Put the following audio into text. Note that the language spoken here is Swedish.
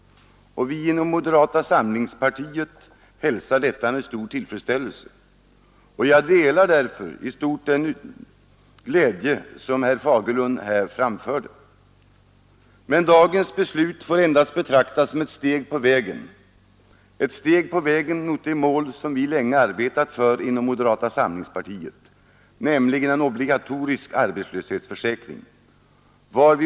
Vi inom moderata samlingspartiet hälsar detta med stor tillfredsställelse. Jag delar i stort sett den glädje som herr Fagerlund gav uttryck för. Men dagens beslut får endast betraktas som ett steg på vägen mot det mål som vi inom moderata samlingspartiet länge har arbetat för, nämligen en obligatorisk arbetslöshetsförsäkring.